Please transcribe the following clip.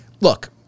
look